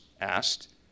asked